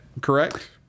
correct